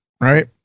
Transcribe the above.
right